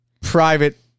private